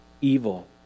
evil